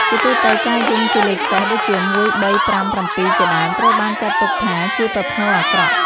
ជាទូទៅការយំជាលេខសេស ដូចជា ១, ៣, ៥, ៧ ជាដើម ត្រូវបានចាត់ទុកថាជាប្រផ្នូលអាក្រក់។